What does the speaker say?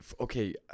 Okay